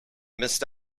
missed